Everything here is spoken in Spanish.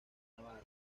navarro